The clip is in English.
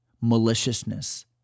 maliciousness